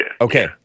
Okay